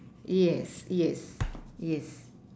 yes yes yes